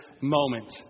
moment